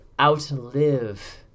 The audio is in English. outlive